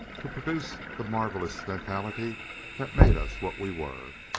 to produce the marvelous mentality that made us what we were,